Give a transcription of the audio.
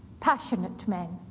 passionate men,